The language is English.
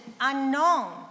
unknown